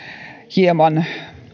hieman